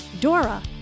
Dora